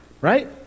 right